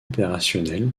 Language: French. opérationnel